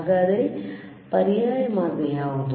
ಹಾಗಾದರೆ ಪರ್ಯಾಯ ಮಾರ್ಗ ಯಾವುದು